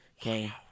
Okay